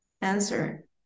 answer